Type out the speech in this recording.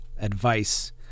advice